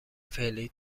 فعلی